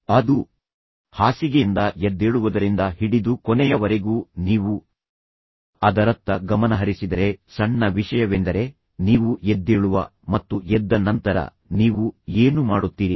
ಅದು ಹಾಸಿಗೆಯಿಂದ ಎದ್ದೇಳುವದರಿಂದ ಹಿಡಿದು ಅಂದರೆ ನೀವು ಬೆಳಿಗ್ಗೆ ಮಾಡುವ ಮೊದಲ ಕೆಲಸದಿಂದ ಕೊನೆಯವರೆಗೂ ನೀವು ಅದರತ್ತ ಗಮನಹರಿಸಿದರೆ ಸಣ್ಣ ವಿಷಯವೆಂದರೆ ನೀವು ಎದ್ದೇಳುವ ಮತ್ತು ಎದ್ದ ನಂತರ ನೀವು ಏನು ಮಾಡುತ್ತೀರಿ